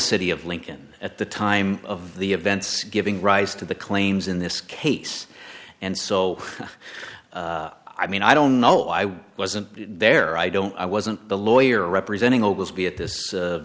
city of lincoln at the time of the events giving rise to the claims in this case and so i mean i don't know i wasn't there i don't i wasn't the lawyer representing all will be at this